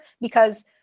because-